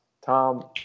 Tom